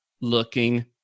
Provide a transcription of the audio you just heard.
looking